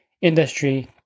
industry